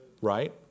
right